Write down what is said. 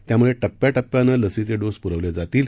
त्यामुळे टप्प्या टप्प्यानं लसीचे डोस पुरवले जातील